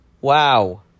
Wow